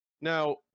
Now